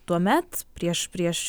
tuomet prieš prieš